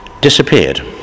disappeared